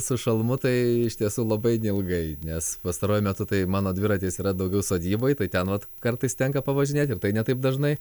su šalmu tai iš tiesų labai neilgai nes pastaruoju metu tai mano dviratis yra daugiau sodyboj tai ten vat kartais tenka pavažinėt ir tai ne taip dažnai